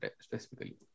specifically